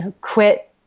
quit